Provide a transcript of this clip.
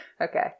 Okay